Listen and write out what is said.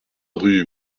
rue